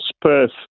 Perth